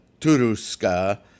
turuska